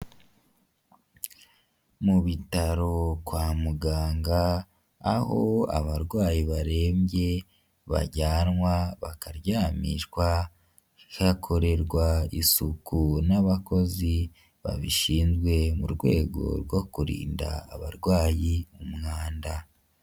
Mu ibitaro kwa muganga aho abarwayi barembye bajyanwa bakaryamishwa, hakorerwa isuku n'abakozi babishinzwe mu rwego rwo kurinda abarwayi umwanda.